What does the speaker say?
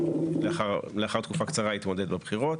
שלאחר תקופה קצרה יתמודד בבחירות,